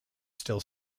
still